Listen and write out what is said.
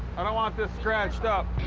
i don't want this scratched up.